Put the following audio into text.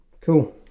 Cool